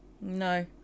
no